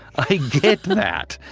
i get that.